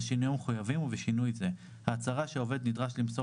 בשינויים המחויבים ובשינוי זה: ההצהרה שהעובד נדרש למסור